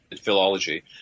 philology